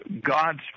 God's